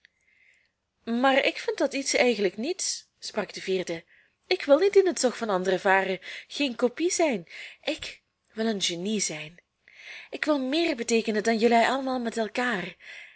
maar ik vind dat iets eigenlijk niets sprak de vierde ik wil niet in het zog van anderen varen geen kopie zijn ik wil een genie zijn ik wil meer beteekenen dan jelui allemaal met elkaar